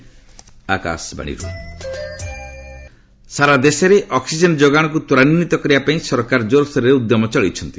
government oxygen ସାରା ଦେଶରେ oxygen ଯୋଗାଣକୁ ତ୍ୱରାନ୍ୱିତ କରିବା ପାଇଁ ସରକାର ଜୋରସୋର ଉଦ୍ୟମ ଚଳାଇଛନ୍ତି